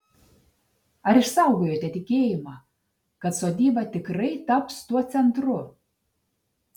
ar išsaugojote tikėjimą kad sodyba tikrai taps tuo centru